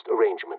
arrangement